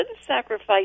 sacrifice